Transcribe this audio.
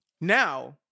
Now